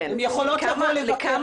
הן יכולות גם לבוא לבקר.